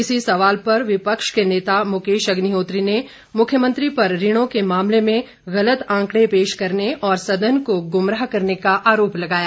इसी सवाल पर विपक्ष के नेता मुकेश अग्निहोत्री ने मुख्यमंत्री पर ऋणों के मामले में गलत आंकड़े पेश करने और सदन को गुमराह करने का आरोप लगाया